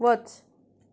वच